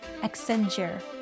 Accenture